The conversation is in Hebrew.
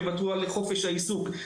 יוותרו על חופש העיסוק.